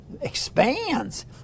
expands